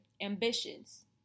ambitions